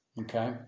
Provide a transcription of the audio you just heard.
Okay